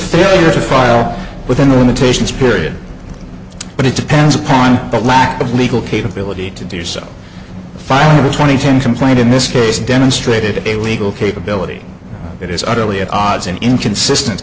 failure to file within the limitations period but it depends upon the lack of legal capability to do so five twenty ten complaint in this case demonstrated a legal capability it is utterly at odds and inconsistent